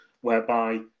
whereby